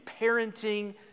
parenting